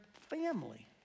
family